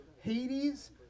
Hades